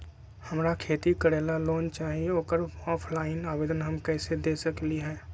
हमरा खेती करेला लोन चाहि ओकर ऑफलाइन आवेदन हम कईसे दे सकलि ह?